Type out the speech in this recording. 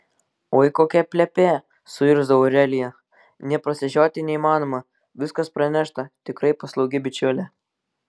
oi kokia plepė suirzo aurelija nė prasižioti neįmanoma viskas pranešta tikrai paslaugi bičiulė